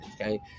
okay